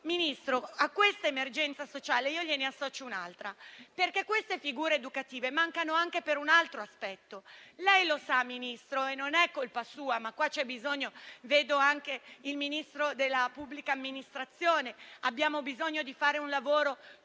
Ministro, a questa emergenza sociale ne associo un'altra, perché queste figure educative mancano anche per un altro aspetto. Signor Ministro, lei sa, ma non è colpa sua - vedo anche il Ministro per la pubblica amministrazione, abbiamo bisogno di fare un lavoro tutti